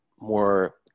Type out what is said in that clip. more